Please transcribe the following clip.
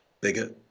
Bigger